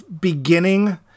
beginning